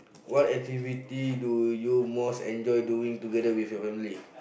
what activity do you most enjoy doing together with your family